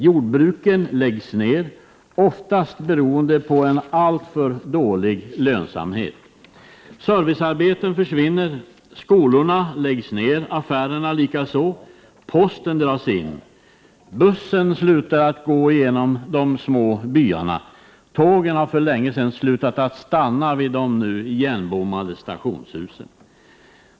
Jordbruk läggs ned, oftast beroende på en alltför dålig lönsamhet. Servicearbeten försvinner. Skolor läggs ned, likaså affärer. Posten dras in. Bussen slutar att gå genom de små byarna. Tågen har för länge sedan slutat stanna vid de nu igenbommade stationshusen.